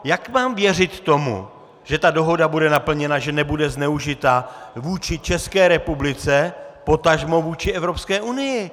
Jak mám věřit tomu, že ta dohoda bude naplněna, že nebude zneužita vůči České republice, potažmo vůči Evropské unii?